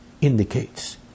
indicates